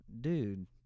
dude